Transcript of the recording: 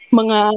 mga